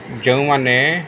ଯେଉଁମାନେ